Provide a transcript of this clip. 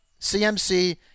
CMC